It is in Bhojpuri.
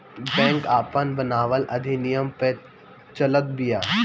बैंक आपन बनावल अधिनियम पअ चलत बिया